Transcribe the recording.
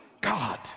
God